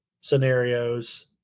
scenarios